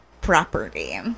property